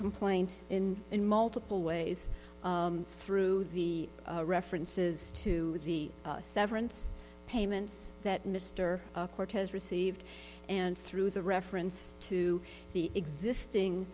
complaint and in multiple ways through the references to the severance payments that mr cortez received and through the reference to the existing